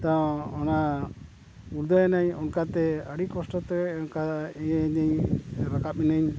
ᱛᱳ ᱚᱱᱟ ᱜᱩᱲᱫᱟᱹᱣ ᱮᱱᱟᱹᱧ ᱚᱱᱠᱟᱛᱮ ᱟᱹᱰᱤ ᱠᱚᱥᱴᱚ ᱛᱮ ᱚᱱᱠᱟ ᱤᱭᱟᱹᱭᱮᱱᱟᱹᱧ ᱨᱟᱠᱟᱵ ᱮᱱᱟᱹᱧ